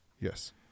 Yes